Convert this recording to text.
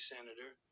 Senator